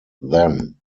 then